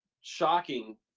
shocking